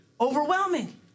overwhelming